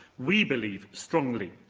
we believe strongly,